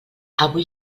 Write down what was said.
avui